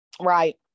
Right